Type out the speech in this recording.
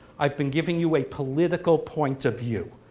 i've been giving you a political point of view.